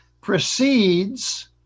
proceeds